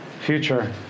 future